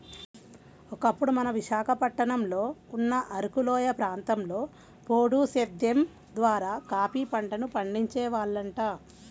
ఒకప్పుడు మన విశాఖపట్నంలో ఉన్న అరకులోయ ప్రాంతంలో పోడు సేద్దెం ద్వారా కాపీ పంటను పండించే వాళ్లంట